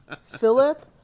Philip